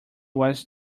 was